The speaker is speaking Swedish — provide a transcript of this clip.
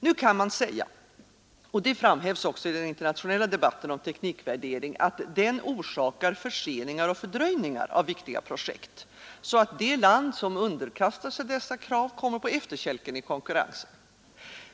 Nu kan man säga, och det framhävs också i den internationella debatten om teknikvärdering, att den orsakar förseningar och fördröjningar av viktiga projekt så att det land som underkastar sig dessa krav kommer på efterkälken i konkurrensen.